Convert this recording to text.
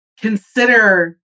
consider